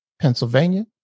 Pennsylvania